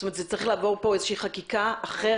זאת אומרת, זה צריך לעבור פה חקיקה אחרת?